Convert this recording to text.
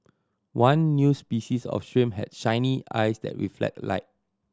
one new species of shrimp had shiny eyes that reflect light